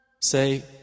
Say